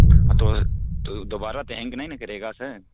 ہاں تو تو دوبارہ تو ہینگ نہیں نا کرے گا سر